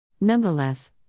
Nonetheless